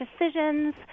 decisions